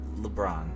LeBron